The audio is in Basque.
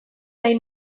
nahi